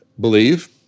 Believe